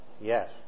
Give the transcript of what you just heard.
Yes